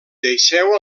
deixeu